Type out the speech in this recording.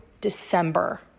December